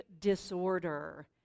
disorder